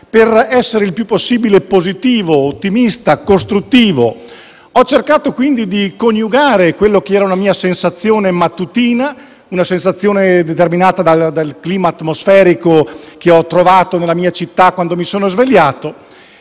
per essere il più possibile positivo, ottimista e costruttivo. Ho cercato quindi di coniugare la mia sensazione mattutina, determinata dal clima atmosferico che ho trovato nella mia città quando mi sono svegliato,